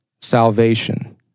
salvation